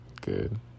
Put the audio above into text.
Good